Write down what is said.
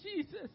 Jesus